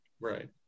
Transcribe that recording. Right